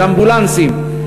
של אמבולנסים,